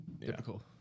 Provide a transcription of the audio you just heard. Typical